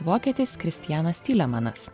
vokietis kristianas tylemanas